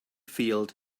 field